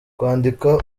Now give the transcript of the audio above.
kwandika